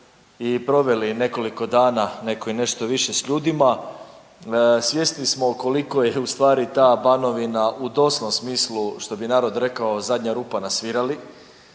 i proveli nekoliko dana, netko i nešto više s ljudima, svjesni smo koliko je ustvari ta Banovina u doslovnom smislu, što bi narod rekao, zadnja rupa na svirali.